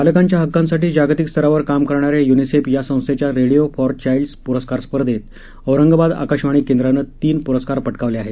बालकांच्या हक्कांसाठी जागतिक स्तरावर काम करणाऱ्या यूनिसेफ या संस्थेच्या रेडिओ फॉर चाईल्ड पुरस्कार स्पर्धेत औरंगाबाद आकाशवाणी केंद्रानं तीन पुरस्कार पटकावले आहेत